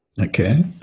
Okay